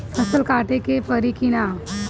फसल काटे के परी कि न?